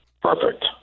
Perfect